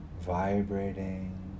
Vibrating